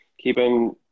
keeping